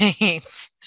Right